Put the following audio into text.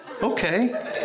Okay